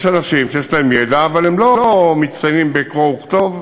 יש אנשים שיש להם ידע אבל הם לא מצטיינים בקרוא וכתוב,